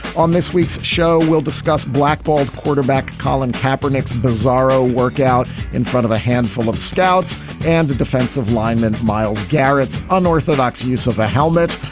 on this week's show we'll discuss blackballed quarterback colin capper next bizarro workout in front of a handful of scouts and a defensive lineman miles garrett's unorthodox use of a helmet.